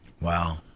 Wow